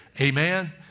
Amen